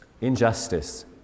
injustice